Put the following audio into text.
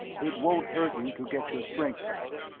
it won't hurt you to get your strength back.